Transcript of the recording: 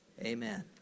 Amen